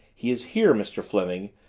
he is here, mr. fleming,